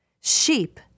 Sheep